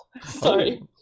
Sorry